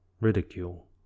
ridicule